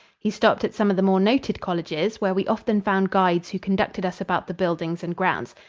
he stopped at some of the more noted colleges, where we often found guides who conducted us about the buildings and grounds.